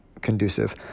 conducive